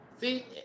See